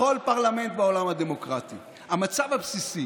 בכל פרלמנט בעולם הדמוקרטי המצב הבסיסי,